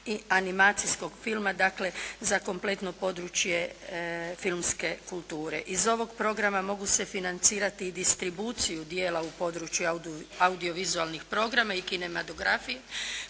i animacijskog filma. Dakle, za kompletno područje filmske kulture. Iz ovog programa mogu se financirati i distribuciju dijela u području audiovizualnih programa i kinematografiji